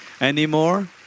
Anymore